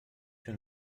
den